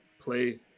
play –